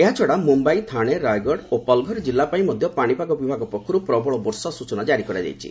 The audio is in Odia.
ଏହାଛଡ଼ା ମୁମ୍ବାଇ ଥାଣେ ରାୟଗଡ଼ ଓ ପଲଘର ଜିଲ୍ଲା ପାଇଁ ମଧ୍ୟ ପାଣିପାଗ ବିଭାଗ ପକ୍ଷରୁ ପ୍ରବଳ ବର୍ଷା ସୂଚନା କ୍କାରି କରାଯାଇଛି